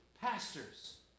pastors